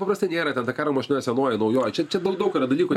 paprastai nėra ten ta karo mašina senoji naujoji čia čia daug daug yra dalykų